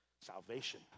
salvation